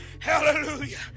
Hallelujah